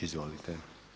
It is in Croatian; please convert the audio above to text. Izvolite.